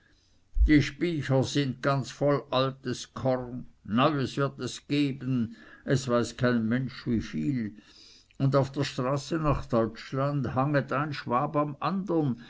die spycher sind ganz voll altes korn neues wird es geben es weiß kein mensch wie viel und auf der straße nach deutschland hanget ein schwab am andern